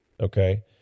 Okay